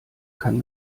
kann